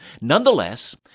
Nonetheless